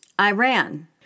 Iran